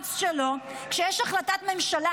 המאמץ שלו כשיש החלטת ממשלה,